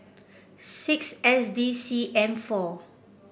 six S D C M four